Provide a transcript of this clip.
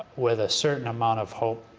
with a certain amount of hope